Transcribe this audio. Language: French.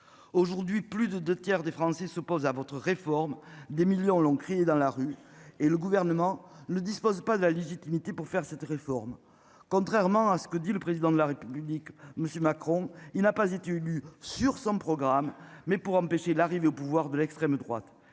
aujourd'hui plus de 2 tiers des Français se pose à votre réforme des millions l'ont créé dans la rue et le gouvernement ne dispose pas de la légitimité pour faire cette réforme, contrairement à ce que dit le président de la République. Monsieur Macron. Il n'a pas été élu sur son programme mais pour empêcher l'arrivée au pouvoir de l'extrême droite